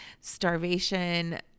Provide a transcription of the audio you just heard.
starvation